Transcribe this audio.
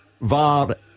VAR